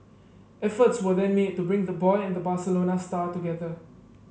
efforts were then made to bring the boy and the Barcelona star together